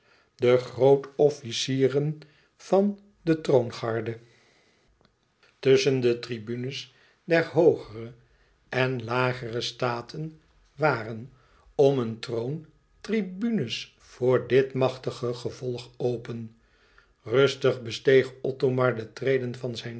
de grootofficieren van de troongarde tusschen de tribunes der hoogere en lagere staten waren om een troon tribunes voor dit machtige gevolg open rustig besteeg othomar de treden van zijn